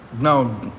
now